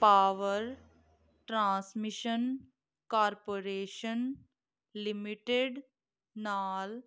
power transmission corporation limited ਨਾਲ